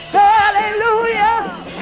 hallelujah